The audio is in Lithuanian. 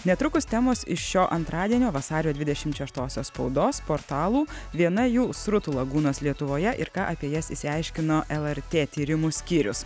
netrukus temos iš šio antradienio vasario dvidešimt šeštosios spaudos portalų viena jų srutų lagūnos lietuvoje ir ką apie jas išsiaiškino lrt tyrimų skyrius